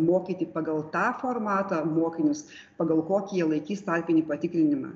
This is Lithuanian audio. mokyti pagal tą formatą mokinius pagal kokį jie laikys tarpinį patikrinimą